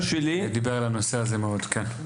דיבר על הנושא הזה מאוד.